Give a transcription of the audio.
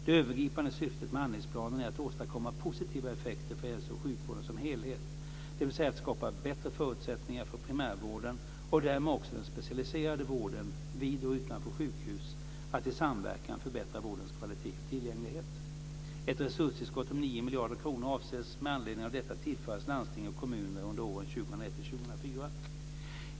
Det övergripande syftet med handlingsplanen är att åstadkomma positiva effekter för hälso och sjukvården som helhet, dvs. att skapa bättre förutsättningar för primärvården och därmed också den specialiserade vården vid och utanför sjukhus att i samverkan förbättra vårdens kvalitet och tillgänglighet. Ett resurstillskott om 9 miljarder kronor avses med anledning av detta tillföras landsting och kommuner under åren 2001-2004.